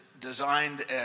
designed